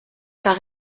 par